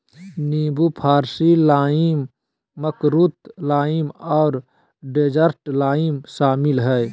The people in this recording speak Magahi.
नींबू फारसी लाइम, मकरुत लाइम और डेजर्ट लाइम शामिल हइ